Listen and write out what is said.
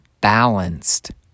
balanced